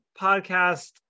podcast